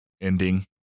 ending